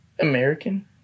American